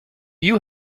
you